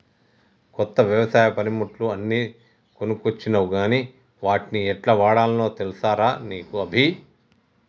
కొత్త వ్యవసాయ పనిముట్లు అన్ని కొనుకొచ్చినవ్ గని వాట్ని యెట్లవాడాల్నో తెలుసా రా నీకు అభి